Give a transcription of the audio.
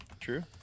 True